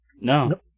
No